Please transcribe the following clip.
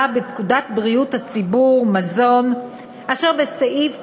בפקודת בריאות הציבור (מזון) אשר בסעיף,